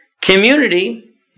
community